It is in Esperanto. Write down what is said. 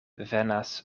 venas